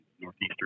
northeastern